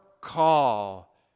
call